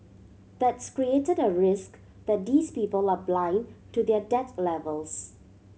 that's created a risk that these people are blind to their debt levels